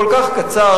כל כך קצר,